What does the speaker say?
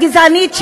הגזענית,